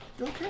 okay